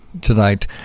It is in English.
tonight